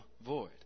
void